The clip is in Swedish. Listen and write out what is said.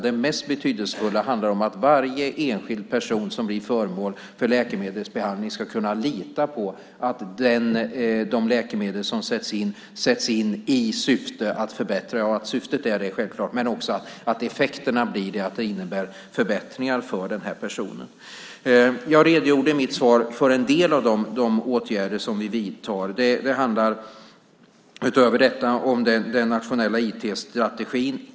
Det mest betydelsefulla handlar om att varje enskild person som blir föremål för läkemedelsbehandling ska kunna lita på att de läkemedel som sätts in får till effekt att det innebär förbättringar för denna person. Jag redogjorde i mitt svar för en del av de åtgärder som vi vidtar. Det handlar, utöver detta, om den nationella IT-strategin.